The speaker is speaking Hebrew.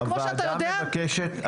כפי שאתה יודע --- חברת הכנסת גוטליב,